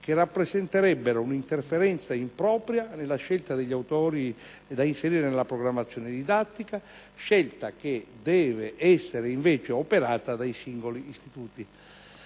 che rappresenterebbero un'interferenza impropria nella scelta degli autori da inserire nella programmazione didattica, scelta che deve essere invece operata dai singoli istituti.